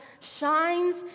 shines